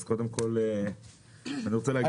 אז קודם כל אני רוצה להגיד תודה.